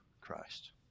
Christ